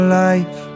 life